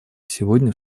сегодня